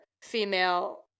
female